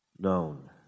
known